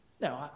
No